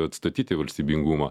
atstatyti valstybingumą